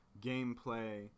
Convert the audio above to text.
gameplay